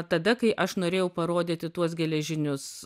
tada kai aš norėjau parodyti tuos geležinius